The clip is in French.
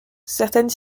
certaines